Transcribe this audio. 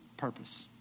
purpose